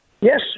Yes